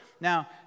Now